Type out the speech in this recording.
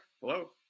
Hello